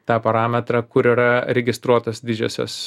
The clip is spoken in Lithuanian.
tą parametrą kur yra registruotos didžiosios